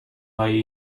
هایی